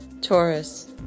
Taurus